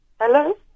Hello